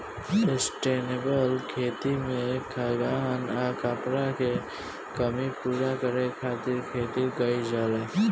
sustainable खेती में खाद्यान आ कपड़ा के कमी पूरा करे खातिर खेती कईल जाला